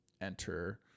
enter